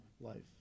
life